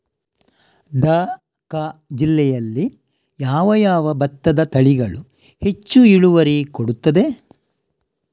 ದ.ಕ ಜಿಲ್ಲೆಯಲ್ಲಿ ಯಾವ ಯಾವ ಭತ್ತದ ತಳಿಗಳು ಹೆಚ್ಚು ಇಳುವರಿ ಕೊಡುತ್ತದೆ?